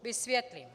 Vysvětlím.